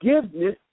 forgiveness